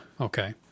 Okay